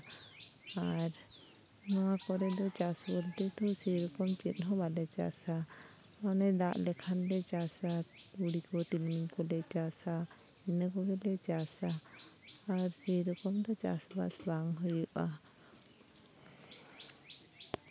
ᱟᱨ ᱱᱚᱣᱟ ᱠᱚᱨᱮ ᱫᱚ ᱪᱟᱥ ᱵᱚᱞᱛᱮ ᱫᱚ ᱥᱮᱨᱚᱠᱚᱢ ᱪᱮᱫ ᱦᱚᱸ ᱵᱟᱞᱮ ᱪᱟᱥᱟ ᱢᱟᱱᱮ ᱫᱟᱜ ᱞᱮᱠᱷᱟᱱ ᱞᱮ ᱪᱟᱥᱟ ᱛᱩᱲᱤ ᱠᱚ ᱛᱤᱞᱢᱤᱧ ᱠᱚᱞᱮ ᱪᱟᱥᱟ ᱤᱱᱟᱹ ᱠᱚᱜᱮᱞᱮ ᱪᱟᱥᱟ ᱟᱨ ᱥᱮ ᱨᱚᱠᱚᱢ ᱫᱚ ᱪᱟᱥᱼᱵᱟᱥ ᱵᱟᱝ ᱦᱩᱭᱩᱜᱼᱟ